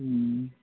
ꯎꯝ